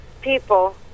people